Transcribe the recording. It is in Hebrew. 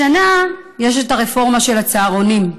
השנה יש את הרפורמה של הצהרונים.